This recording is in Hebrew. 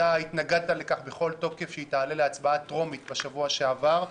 אתה התנגדת בכל תוקף שהיא תעלה להצבעה טרומית בשבוע שעבר,